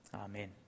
Amen